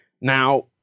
Now